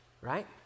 right